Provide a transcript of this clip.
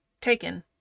taken